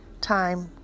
time